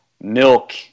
milk